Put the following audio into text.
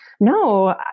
no